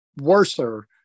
worser